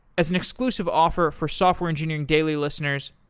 as an inclusive offer for software engineering daily listeners,